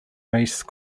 race